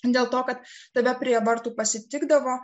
dėl to kad tave prie vartų pasitikdavo